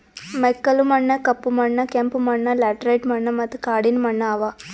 ಮೆಕ್ಕಲು ಮಣ್ಣ, ಕಪ್ಪು ಮಣ್ಣ, ಕೆಂಪು ಮಣ್ಣ, ಲ್ಯಾಟರೈಟ್ ಮಣ್ಣ ಮತ್ತ ಕಾಡಿನ ಮಣ್ಣ ಅವಾ